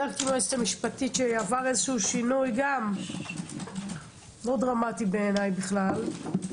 בדקתי עם היועצת המשפטית עבר שינוי - גם לא דרמטי בעיניי כלל.